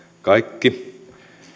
kaikki